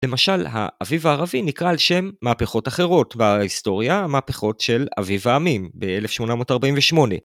למשל, האביב הערבי נקרא על שם מהפכות אחרות בהיסטוריה, המהפכות של אביב העמים ב-1848.